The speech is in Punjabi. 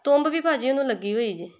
ਤੁੰਬ ਵੀ ਭਾਅ ਜੀ ਉਹਨੂੰ ਲੱਗੀ ਹੋਈ ਜੇ